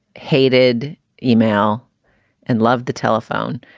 hated email and loved the telephone,